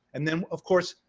and then, of course,